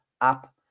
app